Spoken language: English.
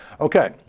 Okay